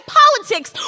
politics